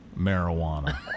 marijuana